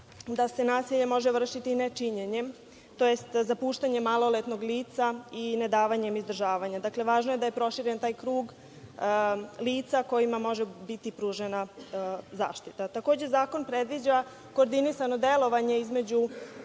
da se nasilje može vršiti nečinjenjem tj. zapuštanjem maloletnog lica i nedavanjem izdržavanja. Dakle, važno je da je proširen taj krug lica kojima može biti pružena zaštita. Takođe, zakon predviđa koordinisano delovanje između